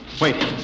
Wait